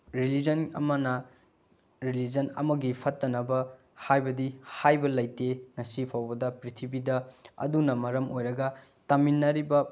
religion ꯑꯃꯅ religion ꯑꯃꯒꯤ ꯐꯠꯇꯅꯕ ꯍꯥꯏꯕꯗꯤ ꯍꯥꯏꯕ ꯂꯩꯇꯦ ꯉꯁꯤ ꯐꯥꯎꯕꯗ ꯄ꯭ꯔꯤꯊꯤꯕꯤꯗ ꯑꯗꯨꯅ ꯃꯔꯝ ꯑꯣꯏꯔꯒ ꯇꯝꯃꯤꯟꯅꯔꯤꯕ